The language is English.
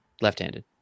Left-handed